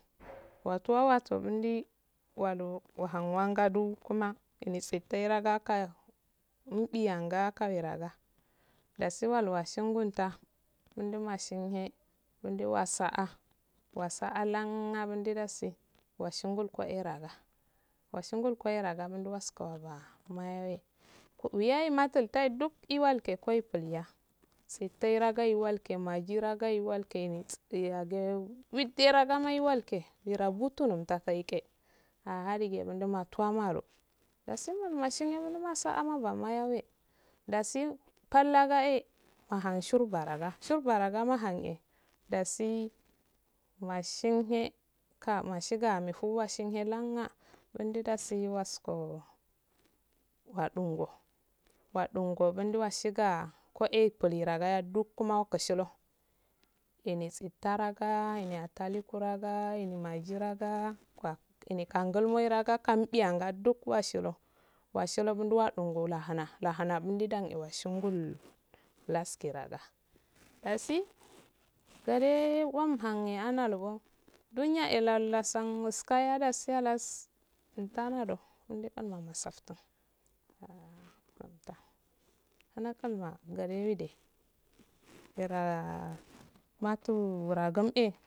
watuwa wato gundi walu wahan wangadu kuma ini tseherangaka nibiraga kawirango dasi walwashingunta kundu mashin he endo wa saa wasa lan a bundidase washngu koe raga washingul koe raga munduwa sko raga mayayo uyaye matul tai duk duyake koi pliya sittai ragai walke magi ragaye walke widde ragai walke werabuta num tatiye qe aha dige mundo matuwa malu dasi palaga e mahan shurba laga shurba lega mahane dasi mashinhe ka mashiga amefu washin he lana munnoo dasi waskoro wadungo wadungo gi ndo washinga kke bhra duk wakashi lo enitsi taraga en aliku roga en magi raga kwa kangulmo raga kan biyanga duk washilo washilogu nduwadunga lahuna ahana bindi washingul laskirada dasi gadai wamhane analuwan duniya lal lasan wuskaya dasi halas intanado indan ana mufsartin anakaluna gade wede hera matu wuragam